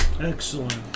Excellent